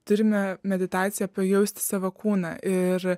turime meditaciją pajausti savo kūną ir